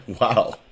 Wow